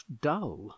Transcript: dull